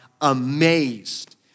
amazed